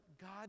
God